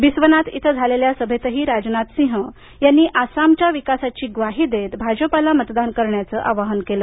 बिस्वनाथ इथं झालेल्या सभेतही राजनाथ सिंह यांनी आसामच्या विकासाची ग्वाही देत भाजपाला मतदान करण्याचं आवाहन केलं